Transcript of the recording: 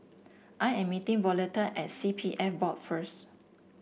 I am meeting Violetta at C P F Board first